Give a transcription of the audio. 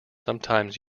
sometimes